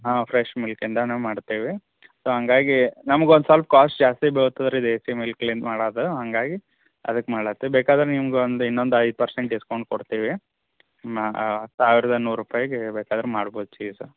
ಹಾಂ ಫ್ರೆಶ್ ಮಿಲ್ಕ್ಯಿಂದ ನಾವು ಮಾಡ್ತೇವೆ ಸೊ ಹಂಗಾಗಿ ನಮ್ಗೆ ಒಂದು ಸ್ವಲ್ಪ ಕ್ವಾಸ್ಟ್ ಜಾಸ್ತಿ ಬೀಳ್ತದೆ ರೀ ದೇಸಿ ಮಿಲ್ಕ್ಲಿಂದ ಮಾಡೋದು ಹಂಗಾಗಿ ಅದಕ್ಕೆ ಮಾಡ್ಲಾತಿವಿ ಬೇಕಾದ್ರೆ ನಿಮ್ಗೆ ಒಂದು ಇನ್ನೊಂದು ಐದು ಪರ್ಸೆಂಟ್ ಡಿಸ್ಕೌಂಟ್ ಕೊಡ್ತೀವಿ ಮಾ ಸಾವಿರದ ನೂರು ರುಪಾಯಿಗೆ ಬೇಕಾದ್ರೆ ಮಾಡ್ಕೊ ಚೀಸ್